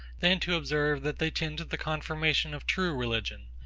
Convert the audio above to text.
than to observe that they tend to the confirmation of true religion,